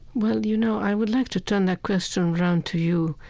well, you know, i would like to turn that question around to you.